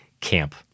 camp